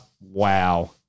Wow